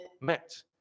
met